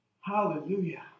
Hallelujah